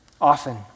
often